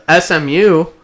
smu